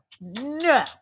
No